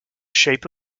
shape